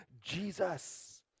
Jesus